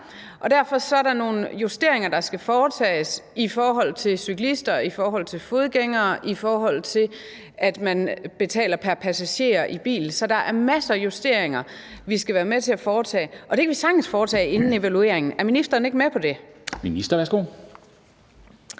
derfor er der nogle justeringer, der skal foretages, i forhold til cyklister, i forhold til fodgængere, i forhold til at man betaler pr. passager i bil. Så der er masser af justeringer, vi skal være med til at foretage, og det kan vi sagtens foretage inden evalueringen. Er ministeren ikke med på det?